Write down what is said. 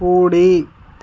కుడి